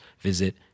visit